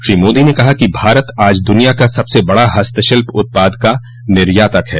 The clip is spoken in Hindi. श्री मोदी ने कहा कि भारत आज दूनिया का सबसे बड़ा हस्तशिल्प उत्पाद का निर्यातक है